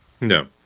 No